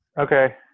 Okay